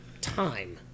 time